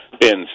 bins